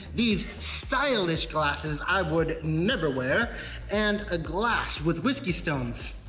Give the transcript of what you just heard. these stylish glasses i would never wear and a glass with whiskey stones.